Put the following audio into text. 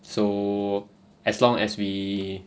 so as long as we